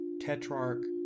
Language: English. tetrarch